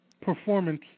performance